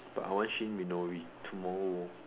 but I want Shin-minori tomorrow